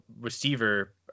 receiver